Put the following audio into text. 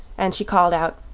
and she called out